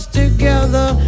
together